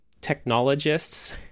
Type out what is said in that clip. technologists